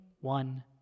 one